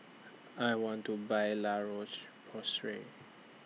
I want to Buy La Roche Porsay